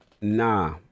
nah